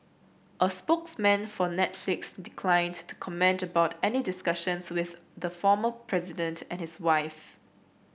a spokesman for Netflix declined to comment about any discussions with the former president and his wife